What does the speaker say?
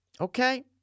Okay